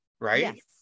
right